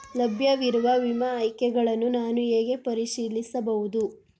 ಲಭ್ಯವಿರುವ ವಿಮಾ ಆಯ್ಕೆಗಳನ್ನು ನಾನು ಹೇಗೆ ಪರಿಶೀಲಿಸಬಹುದು?